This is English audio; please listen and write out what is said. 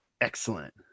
Excellent